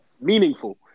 meaningful